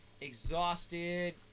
Exhausted